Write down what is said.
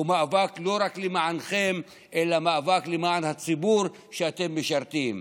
הוא מאבק לא רק למענכם אלא מאבק למען הציבור שאתם משרתים.